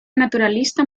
naturalista